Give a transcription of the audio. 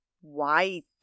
white